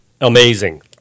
amazing